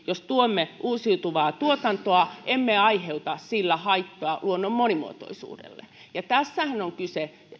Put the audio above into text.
jos tuemme uusiutuvaa tuotantoa emme samanaikaisesti aiheuta sillä haittaa luonnon monimuotoisuudelle ja tässähän on kyse